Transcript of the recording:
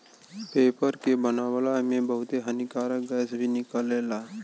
paper के बनावला में बहुते हानिकारक गैस भी निकलेला